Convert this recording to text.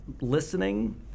listening